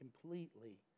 completely